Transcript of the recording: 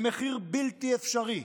במחיר בלתי אפשרי,